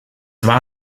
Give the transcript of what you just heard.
war